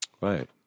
right